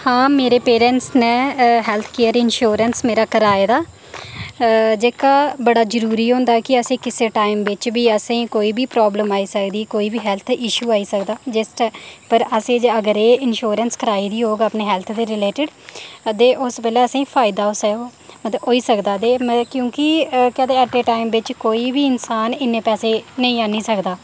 हां मेरे पेरेंट्स ने हैल्थ केयर इंश्योरेंस मेरा कराए दा जेह्का बड़ा जरूरी होंदा ऐ कि जेह्का असें कुसै टाइम बिच बी असें ई कोई बी प्रॉब्लम आई सकदी कोई बी हैल्थ इश्यू आई सकदा जिसदे पर असें अगर एह् इंश्योरेंस कराई दी होग अपने हैल्थ दे रलेटड ते उस बेल्लै असें ई फायदा होई सकदा ते क्योंकि केह् आखदे ऐट ए टाइम बिच कोई बी इन्सान इन्ने पैसे नेईं आह्नी सकदा